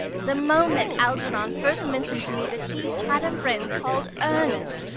the moment algernon first mentioned to me that he had a friend called ernest,